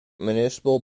municipal